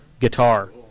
guitar